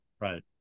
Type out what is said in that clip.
Right